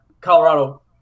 Colorado